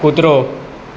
કૂતરો